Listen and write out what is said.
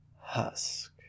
Husk